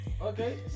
Okay